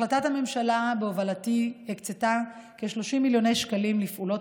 החלטת הממשלה בהובלתי הקצתה כ-30 מיליוני שקלים לפעולות